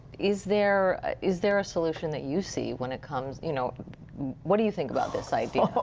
is there is there a solution that you see when it comes, you know what do you think about this idea?